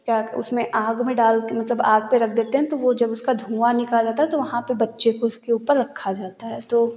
क्या उस में आग में डाल के मतलब आग पर रख देते हैं तो वो जब उसका धुआँ निकलता है तो वहाँ पर बच्चे को उसके ऊपर रखा जाता है तो